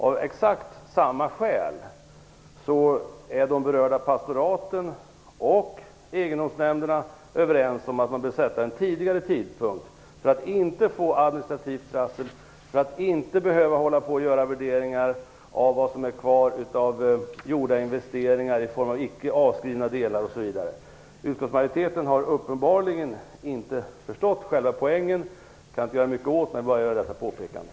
Av exakt samma skäl är de berörda pastoraten och egendomsnämnderna överens om att man bör sätta en tidigare brytpunkt, nämligen för att inte få administrativt trassel, för att inte behöva göra värderingar av vad som är kvar av gjorda investeringar i form av icke avskrivna delar osv. Utskottsmajoriteten har uppenbarligen inte förstått själva poängen. Det kan jag inte göra mycket åt.